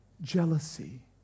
jealousy